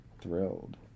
thrilled